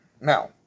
Now